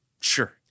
Sure